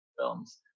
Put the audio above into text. films